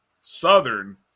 southern